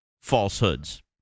falsehoods